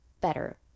better